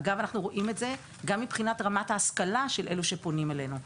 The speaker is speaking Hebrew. אנחנו רואים את זה גם מבחינת רמת ההשכלה של אלו שפונים אלינו.